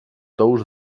tous